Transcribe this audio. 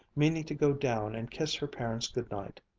meaning to go down and kiss her parents good-night,